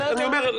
אני אומר.